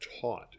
taught